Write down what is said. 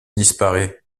disparait